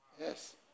Yes